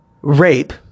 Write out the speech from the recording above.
rape